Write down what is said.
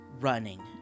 running